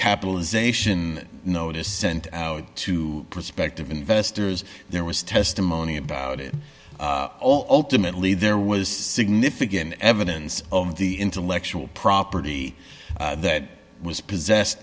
capitalization notice sent out to prospective investors there was testimony about it all ultimately there was significant evidence of the intellectual property that was possess